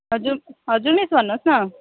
हजुर हजुर मिस भन्नुहोस् न